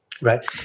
Right